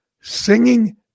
singing